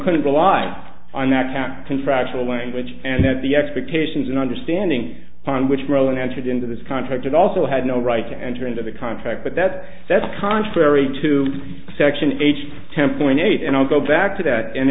couldn't rely on that cap contractual language and that the expectations and understanding upon which rowling entered into this contract it also had no right to enter into the contract but that that's contrary to section h temple in eight and i'll go back to that and